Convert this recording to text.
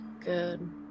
Good